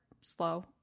slow